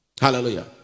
Hallelujah